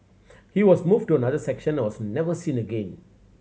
he was moved to another section and was never seen again